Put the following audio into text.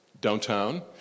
downtown